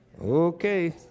Okay